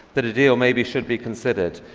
that a deal maybe should be considered.